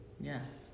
Yes